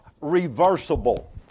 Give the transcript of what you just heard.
reversible